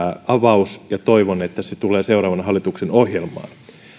avaus ja toivon että se tulee seuraavan hallituksen ohjelmaan